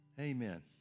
Amen